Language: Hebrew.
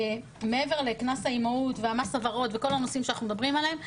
מעבר לקנס האימהות והמס הוורוד וכל הנושאים שאנחנו מדברים עליהם,